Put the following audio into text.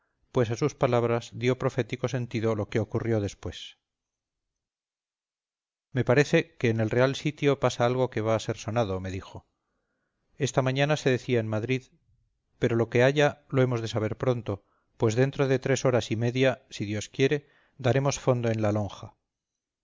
pues a sus palabras dio profético sentido lo que ocurrió después me parece que en el real sitio pasa algo que va a ser sonado me dijo esta mañana se decía en madrid pero lo que haya lo hemos de saber pronto pues dentro de tres horas y media si dios quiere daremos fondo en la lonja